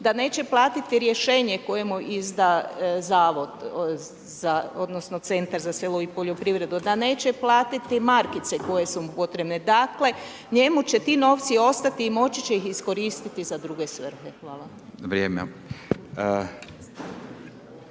Da neće platiti rješenje koje mu izda zavod za, odnosno centar za selo i poljoprivredu, da neće platiti markice koje su mu potrebne. Dakle njemu će ti novci ostati i moći će ih iskoristiti za druge svrhe. Hvala. **Radin,